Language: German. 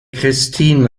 christin